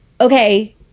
okay